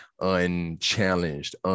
unchallenged